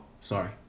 sorry